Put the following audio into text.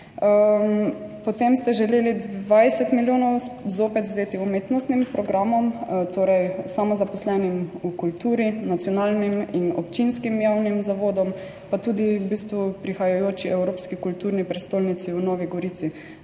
Potem ste želeli 20 milijonov zopet vzeti umetnostnim programom, torej samozaposlenim v kulturi, nacionalnim in občinskim javnim zavodom, pa tudi v bistvu prihajajoči evropski kulturni prestolnici – Novi Gorici,